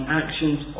actions